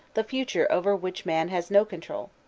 the future over which man has no control.